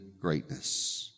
greatness